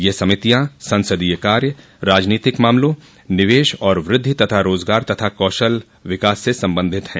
ये समितियां संसदीय कार्य राजनीतिक मामलों निवेश और वृद्धि तथा रोजगार और कौशल विकास से संबंधित हैं